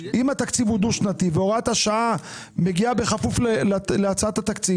אם התקציב הוא דו-שנתי והוראת השעה מגיעה בכפוף להצעת התקציב,